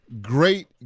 Great